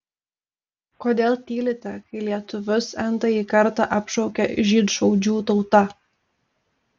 kodėl tylite kai lietuvius n tąjį kartą apšaukia žydšaudžių tauta